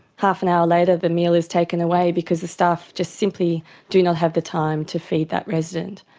half an hour later the meal is taken away because the staff just simply do not have the time to feed that resident.